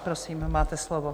Prosím, máte slovo.